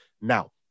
Now